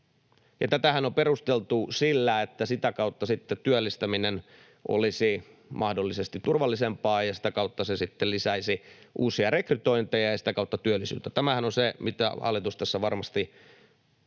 tätähän on perusteltu sillä, että sitä kautta sitten työllistäminen olisi mahdollisesti turvallisempaa ja sitä kautta se sitten lisäisi uusia rekrytointeja ja sitä kautta työllisyyttä. Tämähän on se, mitä hallitus tässä varmasti